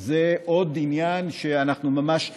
שזה עוד עניין שאנחנו ממש רוצים,